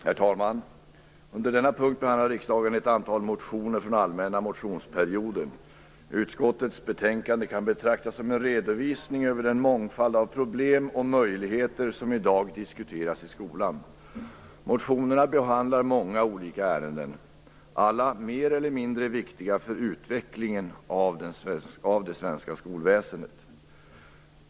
Herr talman! Under denna punkt behandlar riksdagen ett antal motioner från den allmänna motionsperioden. Utskottets betänkande kan betraktas som en redovisning över den mångfald av problem och möjligheter som i dag diskuteras i skolan. Motionerna behandlar många olika ärenden. Alla är mer eller mindre viktiga för utvecklingen av det svenska skolväsendet.